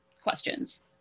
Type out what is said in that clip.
questions